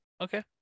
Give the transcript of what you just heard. Okay